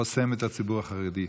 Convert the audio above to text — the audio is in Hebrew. זה חוסם את הציבור החרדי.